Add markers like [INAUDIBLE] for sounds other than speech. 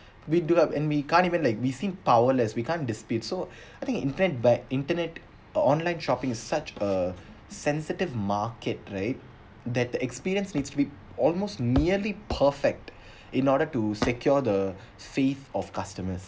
we do up and we can't even like we seem powerless we can't dispute so [BREATH] I think the event but internet online shopping is such a sensitive market right that the experience needs we almost nearly perfect in order to secure the faith of customers